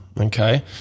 okay